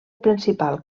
principal